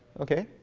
ok.